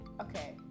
okay